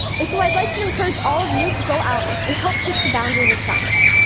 and so i'd like to encourage all of you to go out and help push the boundaries of science,